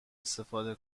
استفاده